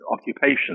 occupation